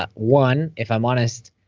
ah one, if i'm honest,